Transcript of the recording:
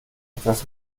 etwas